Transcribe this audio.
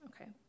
Okay